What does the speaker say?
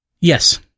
Yes